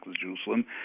Jerusalem